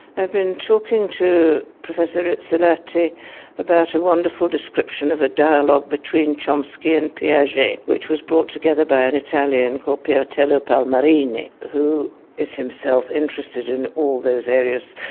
i'd been talking to professor rizzolatti about a wonderful description of a dialogue between chomsky and piaget which was brought together by an italian called piattelli-palmarini, who is himself interested in all those areas.